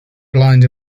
blind